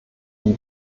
die